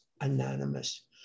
Anonymous